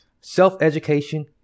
Self-education